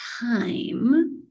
time